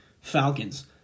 Falcons